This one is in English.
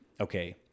okay